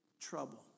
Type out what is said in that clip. trouble